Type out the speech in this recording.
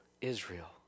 Israel